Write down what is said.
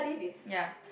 ya